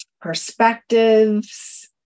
perspectives